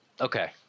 okay